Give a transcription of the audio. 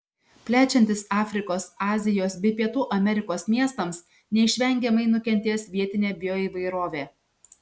plečiantis afrikos azijos bei pietų amerikos miestams neišvengiamai nukentės vietinė bioįvairovė